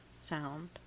sound